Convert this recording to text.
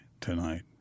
tonight